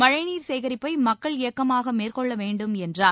மழைநீர் சேகரிப்பை மக்கள் இயக்கமாக மேற்கொள்ள வேண்டும் என்றார்